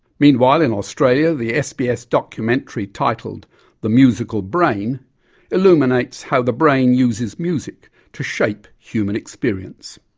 meanwhile in australia the sbs documentary titled the musical brain illuminates how the brain uses music to shape human experience.